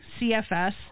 CFS